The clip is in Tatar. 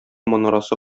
манарасы